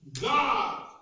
God